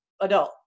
adult